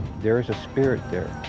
there is a spirit there.